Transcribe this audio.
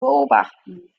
beobachten